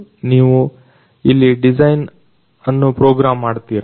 ನೀವು ಇಲ್ಲಿ ಡಿಸೈನ್ ಅನ್ನು ಪ್ರೋಗ್ರಾಮ್ ಮಾಡುತ್ತೀರಾ